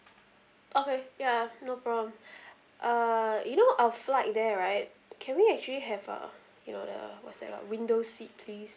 okay ya no problem uh you know our flight there right can we actually have uh you know the what's that uh window seat please